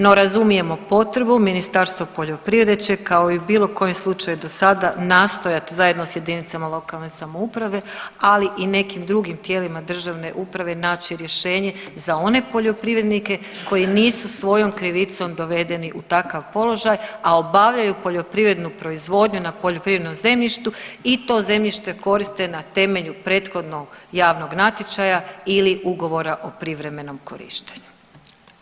No, razumijemo potrebu, Ministarstvo poljoprivrede će kao i u bilo kojem slučaju dosada nastojati zajedno s jedinicama lokalne samouprave, ali i nekim drugim tijelima državne uprave naći rješenje za one poljoprivrednike koji nisu svojom krivicom dovedeni u takav položaj, a obavljaju poljoprivrednu proizvodnju na poljoprivrednom zemljištu i to zemljište koriste na temelju prethodnog javnog natječaja ili ugovora o privremenom korištenju.